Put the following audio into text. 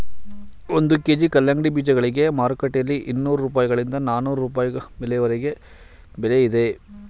ಒಂದು ಕೆ.ಜಿ ಕಲ್ಲಂಗಡಿ ಬೀಜಗಳಿಗೆ ಮಾರುಕಟ್ಟೆಯಲ್ಲಿ ಇನ್ನೂರು ರೂಪಾಯಿಗಳಿಂದ ನಾಲ್ಕನೂರು ರೂಪಾಯಿವರೆಗೆ ಬೆಲೆ ಇದೆ